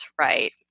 right